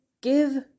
give